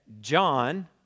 John